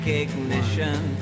ignition